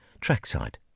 trackside